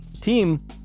team